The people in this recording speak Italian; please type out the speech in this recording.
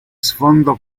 sfondo